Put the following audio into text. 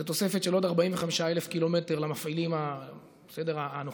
זה תוספת של עוד 45,000 קילומטר למפעילים הנוכחיים,